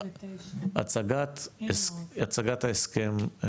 הצגת ההסכם,